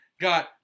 got